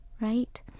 right